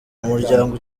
umuryango